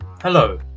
Hello